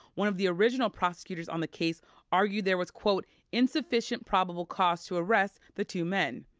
one of the original prosecutors on the case argued there was quote insufficient probable cause to arrest the two men.